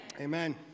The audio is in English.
Amen